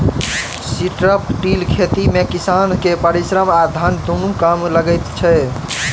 strip till खेती मे किसान के परिश्रम आ धन दुनू कम लगैत छै